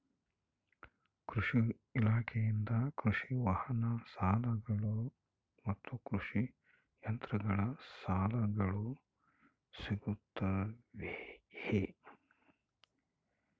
ಕೃಷಿ ಇಲಾಖೆಯಿಂದ ಕೃಷಿ ವಾಹನ ಸಾಲಗಳು ಮತ್ತು ಕೃಷಿ ಯಂತ್ರಗಳ ಸಾಲಗಳು ಸಿಗುತ್ತವೆಯೆ?